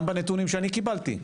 גם בנתונים שאני קיבלתי,